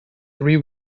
three